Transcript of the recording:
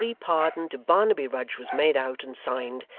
a free pardon to barnaby rudge was made out and signed,